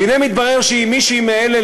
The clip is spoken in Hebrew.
והנה מתברר שאם מישהי מאלה,